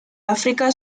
áfrica